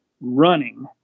running